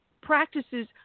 practices